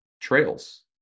trails